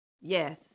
yes